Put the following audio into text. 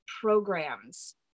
programs